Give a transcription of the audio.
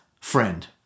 friend